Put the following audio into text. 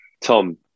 Tom